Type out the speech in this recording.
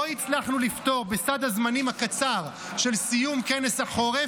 לא הצלחנו לפתור בסד הזמנים הקצר של סיום כנס החורף,